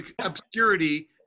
obscurity